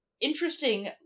interesting